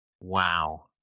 Wow